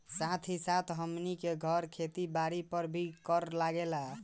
साथ ही साथ हमनी के घर, खेत बारी पर भी कर लागेला